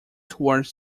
towards